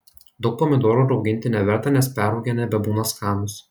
daug pomidorų rauginti neverta nes perrūgę nebebūna skanūs